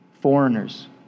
foreigners